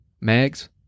Mags